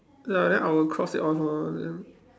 ya then I will cross it off lor then